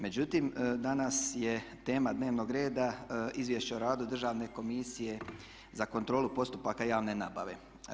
Međutim, danas je tema dnevnog reda Izvješće o radu Državne komisije za kontrolu postupaka javne nabave.